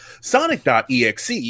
sonic.exe